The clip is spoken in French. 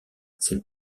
cette